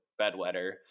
bedwetter